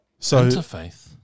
Interfaith